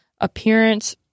Appearance